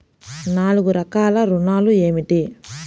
నాలుగు రకాల ఋణాలు ఏమిటీ?